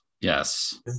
Yes